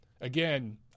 Again